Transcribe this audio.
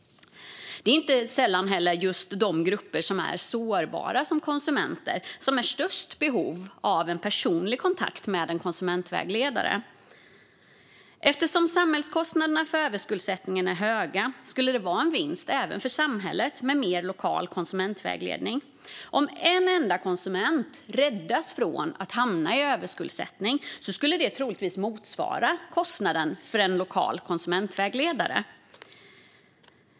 Det är inte heller sällan de grupper som är sårbara som konsumenter som har störst behov av en personlig kontakt med en konsumentvägledare. Eftersom samhällskostnaderna för överskuldsättningen är höga skulle det vara en vinst även för samhället med mer lokal konsumentvägledning. Om en enda konsument räddas från överskuldsättning motsvarar det troligtvis kostnaden för en lokal konsumentvägledare.